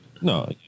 No